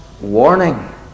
warning